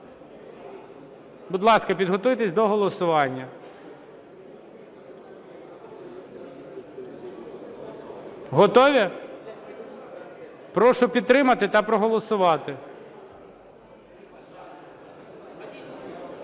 Будь ласка, підготуйтесь до голосування. Готові? Прошу підтримати та проголосувати.